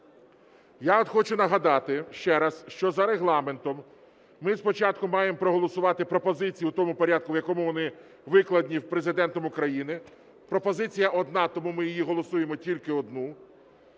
от хочу нагадати ще раз, що за Регламентом ми спочатку маємо проголосувати пропозиції у тому порядку, в якому вони викладені Президентом України. Пропозиція одна, тому ми її голосуємо тільки одну.